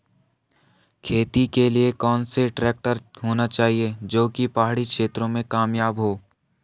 खेती के लिए कौन सा ट्रैक्टर होना चाहिए जो की पहाड़ी क्षेत्रों में कामयाब हो?